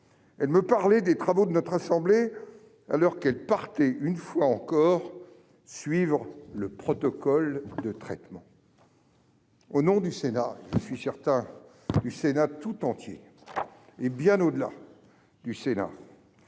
elle me parlait des travaux de notre assemblée alors qu'elle partait une fois encore suivre le protocole de traitement. Au nom du Sénat tout entier- et bien au-delà -,